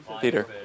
Peter